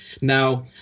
Now